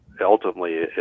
ultimately